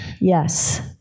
Yes